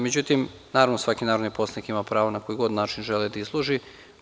Međutim, naravno, svaki narodni poslanik ima prvo na koji god način želi da izloži.